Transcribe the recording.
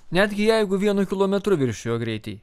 netgi jeigu vienu kilometru viršijo greitį